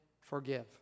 forgive